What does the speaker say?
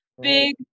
Big